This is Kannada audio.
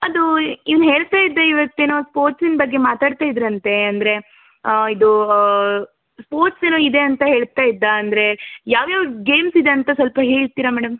ಅದೂ ಇವ್ನು ಹೇಳ್ತಾ ಇದ್ದ ಇವತ್ತೇನಫ ಸ್ಪೋರ್ಟ್ಸಿನ ಬಗ್ಗೆ ಮಾತಾಡ್ತಾ ಇದ್ದರಂತೆ ಅಂದರೆ ಇದು ಸ್ಪೋರ್ಟ್ಸ್ ಏನೋ ಇದೆ ಅಂತ ಹೇಳ್ತಾ ಇದ್ದ ಅಂದರೆ ಯಾವ ಯಾವ ಗೇಮ್ಸ್ ಇದೆಂತ ಸ್ವಲ್ಪ ಹೇಳ್ತಿರ ಮೇಡಮ್